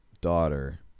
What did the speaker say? daughter